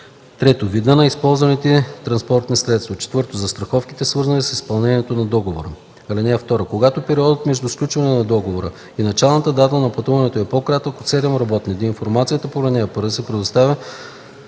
3. вида на използваните транспортни средства; 4. застраховките, свързани с изпълнението на договора; (2) Когато периодът между сключването на договора и началната дата на пътуването е по-кратък от 7 работни дни, информацията по ал. 1 се предоставя